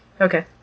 Okay